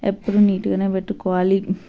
ఎప్పుడు నీట్గానే పెట్టుకోవాలి